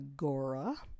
Agora